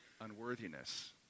unworthiness